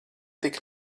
tik